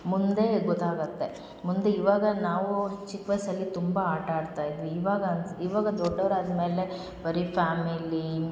ಮುಂದೇ ಗೊತಾಗುತ್ತೆ ಮುಂದೆ ಇವಾಗ ನಾವು ಚಿಕ್ಕ ವಯಸ್ಸಲ್ಲಿ ತುಂಬ ಆಟ ಆಡ್ತಯಿದ್ವಿ ಇವಾಗ ಅನ್ಸ್ ಇವಾಗ ದೊಡ್ಡವ್ರು ಆದ್ಮೇಲೆ ಬರಿ ಫ್ಯಾಮಿಲಿ